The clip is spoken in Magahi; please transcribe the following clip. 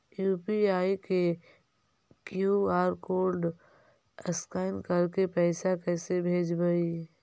यु.पी.आई के कियु.आर कोड स्कैन करके पैसा कैसे भेजबइ?